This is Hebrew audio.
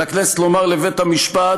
על הכנסת לומר לבית-המשפט,